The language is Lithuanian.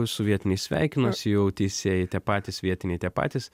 su vietiniais sveikinuosi jau teisėjai tie patys vietiniai tie patys